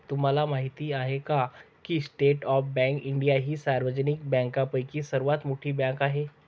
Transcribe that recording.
तुम्हाला माहिती आहे का की स्टेट बँक ऑफ इंडिया ही सार्वजनिक बँकांपैकी सर्वात मोठी बँक आहे